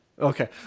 okay